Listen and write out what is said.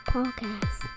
Podcast